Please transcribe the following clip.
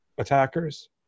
Attackers